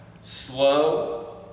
slow